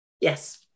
Yes